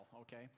okay